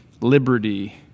liberty